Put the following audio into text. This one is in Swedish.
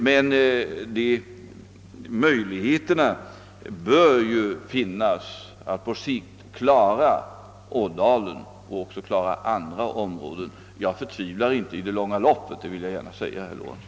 Men möjligheterna bör ju finnas att på sikt klara problemen i Ådalen och även i andra områden. Jag förtvivlar inte i det långa loppet — det vill jag gärna säga, herr Lorentzon.